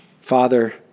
Father